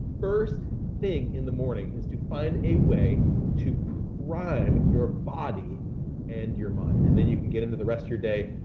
first thing in the morning, is to find a way to prime your body and your mind and then you can get into the rest of your day.